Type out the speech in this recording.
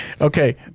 Okay